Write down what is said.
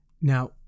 Now